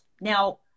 Now